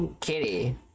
Kitty